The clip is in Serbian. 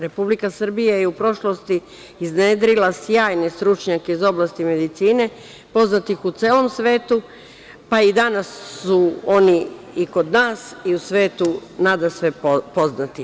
Republika Srbija je u prošlosti iznedrila sjajne stručnjake iz oblasti medicine, poznatih u celom svetu, pa i danas su oni i kod nas i u svetu nadasve poznati.